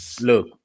Look